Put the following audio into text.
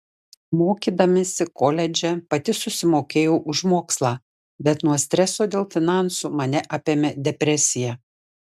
mokydamasi koledže pati susimokėjau už mokslą bet nuo streso dėl finansų mane apėmė depresija